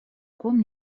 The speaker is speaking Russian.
ком